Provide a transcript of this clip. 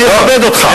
אני אכבד אותך.